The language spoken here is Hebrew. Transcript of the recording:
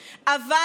שלכם,